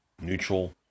neutral